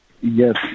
yes